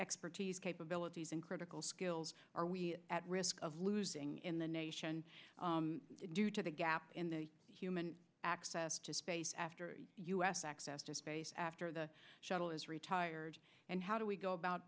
expertise capabilities and critical skills are we at risk of losing in the nation due to the gaps in the human access to space after us access to space after the shuttle is retired and how do we go about